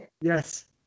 Yes